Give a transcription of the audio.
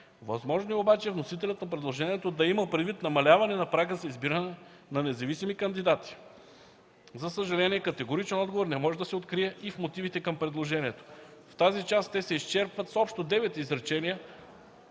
Възможно е обаче вносителят на предложението да е имал предвид намаляване на прага за избиране на независими кандидати. За съжаление, категоричен отговор не може да се открие и в мотивите към предложението. В тази част те се изчерпват с общо девет изречения,